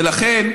ולכן,